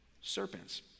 Serpents